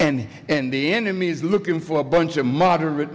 and and the enemies looking for a bunch of moderate